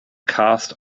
cast